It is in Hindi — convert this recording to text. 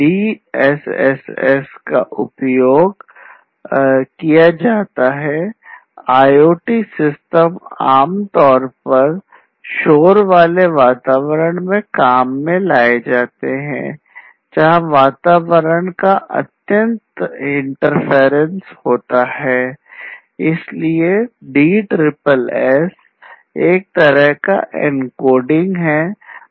इसलिए DSSS एक तरह का एन्कोडिंग करता है